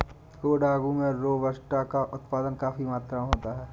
कोडागू में रोबस्टा का उत्पादन काफी मात्रा में होता है